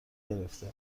گرفته